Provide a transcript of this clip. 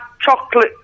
chocolate